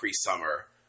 Summer